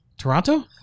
Toronto